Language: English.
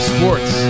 Sports